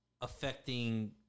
affecting